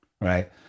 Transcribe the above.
Right